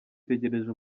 itegereje